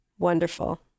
Wonderful